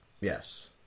Yes